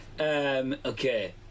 Okay